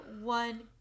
one